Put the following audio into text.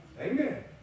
Amen